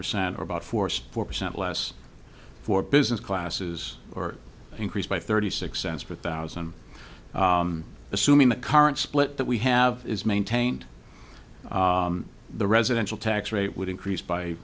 percent or about force four percent less for business classes or increased by thirty six cents per thousand assuming the current split that we have is maintained the residential tax rate would increase by